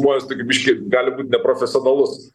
buvęs tokiu biškį gai būt neprofesionalus